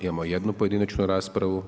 Imamo jednu pojedinačnu raspravu.